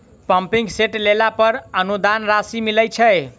Pumping set लेला पर अनुदान राशि मिलय छैय?